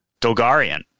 Dolgarian